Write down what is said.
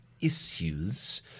issues